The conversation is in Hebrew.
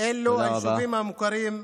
ואלו היישובים המוכרים,